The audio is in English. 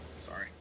Sorry